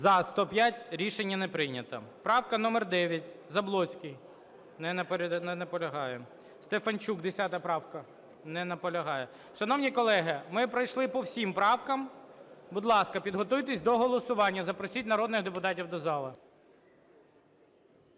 За-105 Рішення не прийнято. Правка номер 9, Заблоцький. Не наполягає. Стефанчук, 10 правка. Не наполягає. Шановні колеги, ми пройшли по всім правкам. Будь ласка, підготуйтесь до голосування, запросіть народних депутатів до зали.